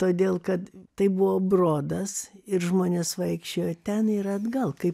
todėl kad tai buvo brodas ir žmonės vaikščiojo ten ir atgal kaip